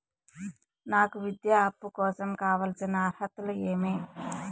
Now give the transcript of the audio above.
నాకు విద్యా అప్పు కోసం కావాల్సిన అర్హతలు ఏమి?